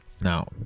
Now